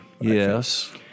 Yes